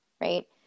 right